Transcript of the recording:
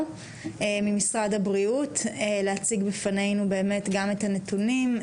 ממשרד הבריאות להציג בפנינו גם את הנתונים,